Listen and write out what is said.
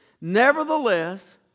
Nevertheless